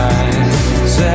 eyes